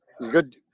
Good